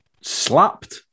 slapped